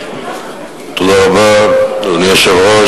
אדוני היושב-ראש,